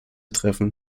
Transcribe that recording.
treffen